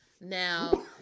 Now